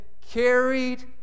carried